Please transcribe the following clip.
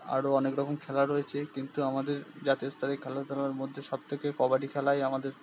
আরও অনেক রকম খেলা রয়েছে কিন্তু আমাদের জাতীয়স্তরের খেলাধুলার মধ্যে সব থেকে কবাডি খেলাই আমাদের